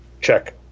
check